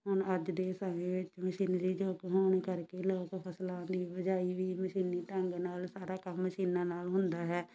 ਹੁਣ ਅੱਜ ਦੇ ਸਮੇਂ ਵਿੱਚ ਮਸ਼ੀਨਰੀ ਯੁੱਗ ਹੋਣ ਕਰਕੇ ਲੋਕ ਫਸਲਾਂ ਦੀ ਬਜਾਈ ਵੀ ਮਸ਼ੀਨੀ ਢੰਗ ਨਾਲ ਸਾਰਾ ਕੰਮ ਮਸ਼ੀਨਾਂ ਨਾਲ ਹੁੰਦਾ ਹੈ